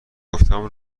گفتم